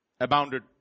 abounded